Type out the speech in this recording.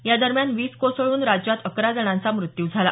या दरम्यान वीज कोसळून राज्यात अकरा जणांचा मृत्यू झाला